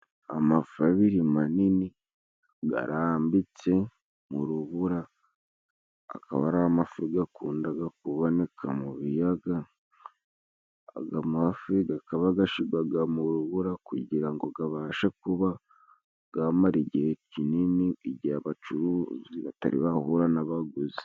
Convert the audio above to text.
Amafa abiri manini garambitse mu rubura. Akaba ari amafi gakundaga kuboneka mu biyaga. Aga mafi gakaba gashigwaga mu rubura kugira ngo gabashe kuba gamara igihe kinini, igihe abacuruzi batari bahura n'abaguzi.